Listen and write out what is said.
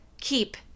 Keep